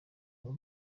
aba